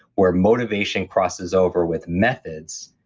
where motivation crosses over with methods,